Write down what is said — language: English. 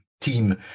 team